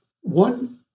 one